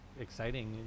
exciting